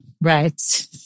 right